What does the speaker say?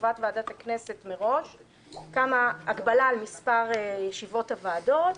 קובעת מראש ועדת הכנסת הגבלה על מספר ישיבות הוועדות,